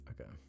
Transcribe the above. Okay